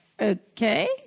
Okay